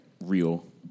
real